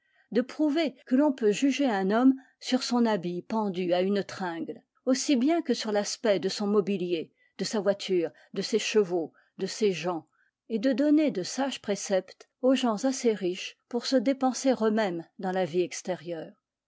de prouver que l'on peut juger un homme sur son habit pendu à une tringle aussi bien que sur l'aspect de son mobilier de sa voiture de ses chevaux de ses gens et de donner de sages préceptes aux gens assez riches pour se dépenser eux-mêmes dans la vie extérieure